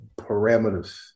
parameters